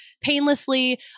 painlessly